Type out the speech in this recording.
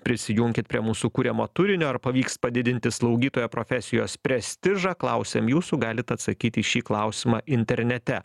prisijunkit prie mūsų kuriamo turinio ar pavyks padidinti slaugytojo profesijos prestižą klausiam jūsų galit atsakyti į šį klausimą internete